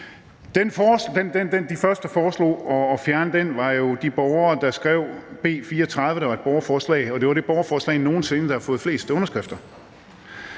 De første, der foreslog at fjerne den, var jo de borgere, der skrev B 34, der var et borgerforslag, og det er det borgerforslag, der har fået flest underskrifter